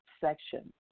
section